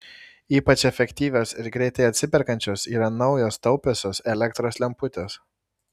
ypač efektyvios ir greitai atsiperkančios yra naujos taupiosios elektros lemputės